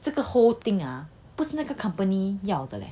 这个 whole thing ah 不是那个 company 要的 leh